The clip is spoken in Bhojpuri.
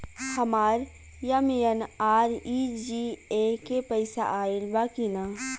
हमार एम.एन.आर.ई.जी.ए के पैसा आइल बा कि ना?